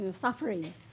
suffering